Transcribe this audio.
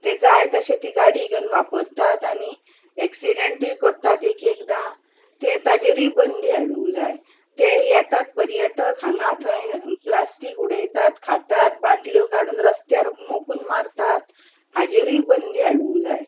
ते जाय तशे ती गाडी घेवन वापरतात आनी एक्सिडंटूय करतात एक एकदां ते ताजेरूय बंदी हाडूंक जाय ते येतात पर्यटक हांगां थंय प्लास्टीक उडयतात खातात बाटल्यो काडून रस्त्यार मोखून मारतात हाजेरूय बंदी हाडूंक जाय